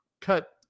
cut –